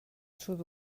sud